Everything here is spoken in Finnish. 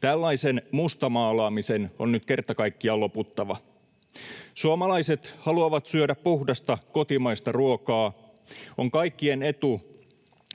Tällaisen mustamaalaamisen on nyt kerta kaikkiaan loputtava. Suomalaiset haluavat syödä puhdasta kotimaista ruokaa. On kaikkien etu,